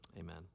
Amen